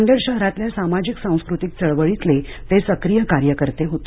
नांदेड शहरातल्या सामाजिक सांस्कृतिक चळवळीतले ते सक्रिय कार्यकर्ते होते